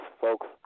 folks